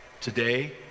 today